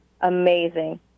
amazing